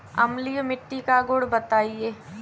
अम्लीय मिट्टी का गुण बताइये